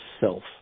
self